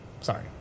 Sorry